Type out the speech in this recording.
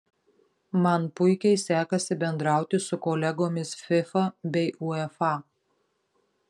man puikiai sekasi bendrauti su kolegomis fifa bei uefa